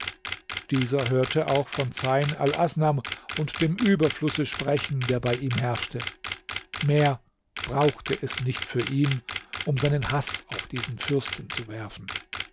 dieser hörte auch von zeyn alasnam und dem überflusse sprechen der bei ihm herrschte mehr brauchte es nicht für ihn um seinen haß auf diesen fürsten zu werfen